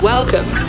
Welcome